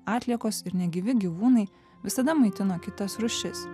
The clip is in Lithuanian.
atliekos ir negyvi gyvūnai visada maitino kitas rūšis